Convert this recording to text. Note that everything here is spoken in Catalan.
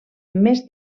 més